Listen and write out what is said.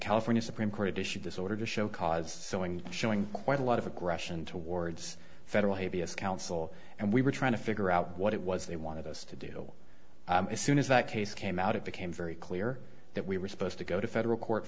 california supreme court issued this order to show cause sowing showing quite a lot of aggression towards federal habeas counsel and we were trying to figure out what it was they wanted us to do as soon as that case came out it became very clear that we were supposed to go to federal court